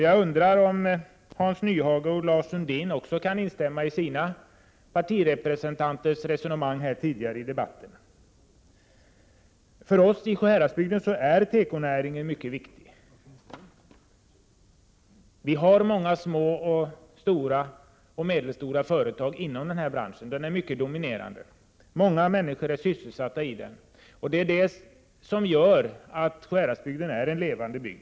Jag undrar om Hans Nyhage och Lars Sundin också kan instämma i sina partirepresentanters resonemang här tidigare i debatten. Tekonäringen är mycket viktig för oss i Sjuhäradsbygden. Vi har många små, medelstora och stora företag inom denna bransch. Den är mycket dominerande. Många människor är sysselsatta i den. Det är det som gör att Sjuhäradsbygden är en levande bygd.